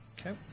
Okay